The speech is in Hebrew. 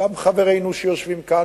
גם חברינו שיושבים כאן,